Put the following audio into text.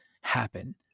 happen